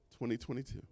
2022